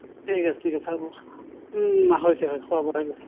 ঠিক আছে ঠিক আছে হ'ব হৈছে হৈছে খোৱা বোৱা হৈ গৈছে